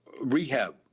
rehab